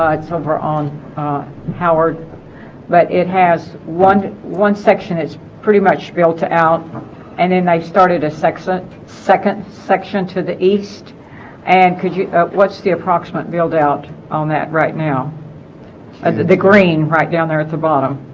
it's over on howard but it has one one section is pretty much built to out and then i started a sexing second section to the east and could you what's the approximate build-out on that right now at the the green right down there at the bottom